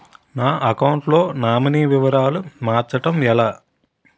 నా అకౌంట్ లో నామినీ వివరాలు మార్చటం ఎలా?